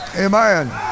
Amen